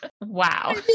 Wow